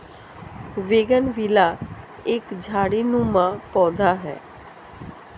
bougainvillea एक झाड़ीनुमा पौधा है